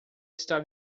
está